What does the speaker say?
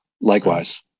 likewise